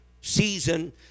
season